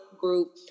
group